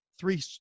three